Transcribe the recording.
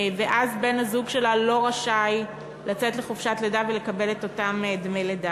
ואז בן-הזוג שלה לא רשאי לצאת לחופשת לידה ולקבל את אותם דמי לידה.